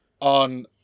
on